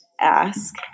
ask